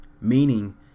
Meaning